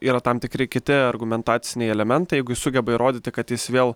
yra tam tikri kiti argumentaciniai elementai jeigu jis sugeba įrodyti kad jis vėl